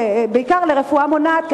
בעיקר לרפואה מונעת,